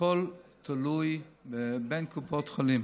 הכול תלוי בין קופות החולים.